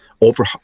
over